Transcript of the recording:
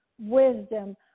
wisdom